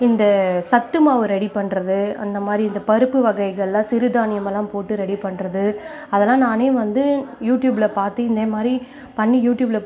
இந்த சத்துமாவு ரெடி பண்றது அந்தமாதிரி இந்த பருப்பு வகைகள்லாம் சிறுதானியம்லாம் போட்டு ரெடி பண்றது அதலாம் நானே வந்து யூடியூபில் பார்த்து இதேமாதிரி பண்ணி யூடியூபில்